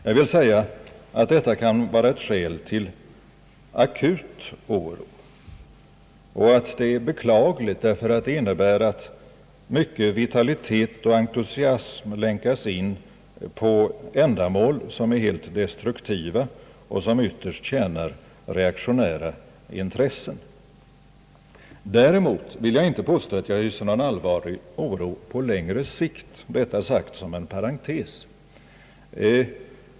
Jag vill säga att detta kan vara ett skäl till akut oro och att det är beklagligt, därför att det innebär att mycken vitalitet och entusiasm länkas in på ändamål som är helt destruktiva och som ytterst tjänar reaktionära intressen. Däremot vill jag inte påstå att jag hyser någon allvarligare oro på längre sikt, detta sagt som en parentes.